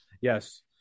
Yes